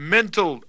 Mental